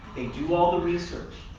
they do all the research.